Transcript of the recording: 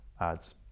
ads